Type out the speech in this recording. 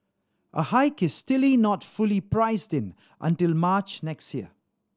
a hike is still not fully priced in until March next year